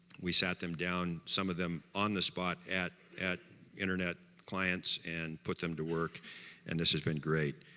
we sat them down, some of them on the spot at at internet clients and put them to work and this has been great,